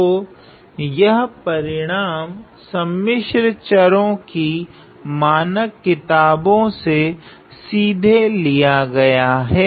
तो यह परिणाम सम्मिश्र चरो की मानक किताबों से सीधे लिया गया हैं